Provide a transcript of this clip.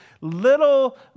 little